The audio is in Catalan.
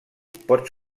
pot